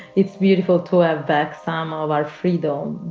it's beautiful to have back some ah of our freedom.